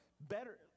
better